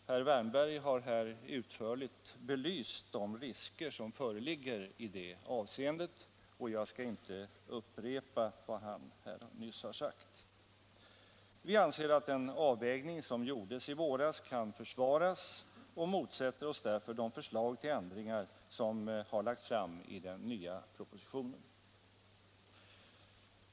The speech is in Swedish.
Herr Wärnberg har här utförligt belyst de risker som föreligger i det avseendet, och jag skall inte upprepa vad han har sagt. Vi anser att den avvägning som gjordes i våras kan försvaras och motsätter oss därför de förslag till ändringar som har lagts fram i den nya propositionen.